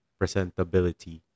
presentability